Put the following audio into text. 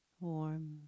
warm